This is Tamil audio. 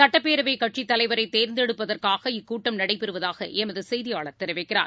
சட்டப்பேரவைகட்சித் தலைவரைதேர்ந்தெடுப்பதற்காக இக்கூட்டம் நடைபெறுவதாகளமதுசெய்தியாளா தெரிவிக்கிறார்